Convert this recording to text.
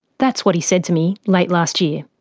that's what he said to me late last year.